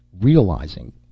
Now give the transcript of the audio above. realizing